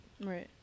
Right